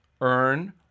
earn